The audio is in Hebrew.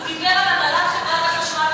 הוא דיבר על הנהלת חברת החשמל,